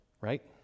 right